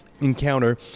encounter